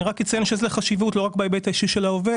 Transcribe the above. אני רק אציין שיש לזה חשיבות ולא רק בהיבט האישי של העובד